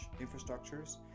infrastructures